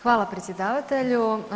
Hvala predsjedavatelju.